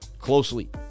closely